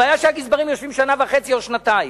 הבעיה היא שהגזברים יושבים שנה וחצי או שנתיים.